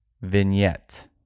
vignette